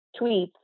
tweets